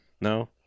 no